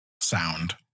sound